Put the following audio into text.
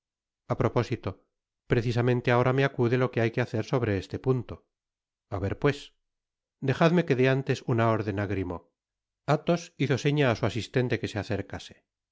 precisamente ahora me acude lo que hay que hacer sobre este punto a ver pues dejadme que dé antes una orden á grimaud athos hizo seña á su asistente que se acercase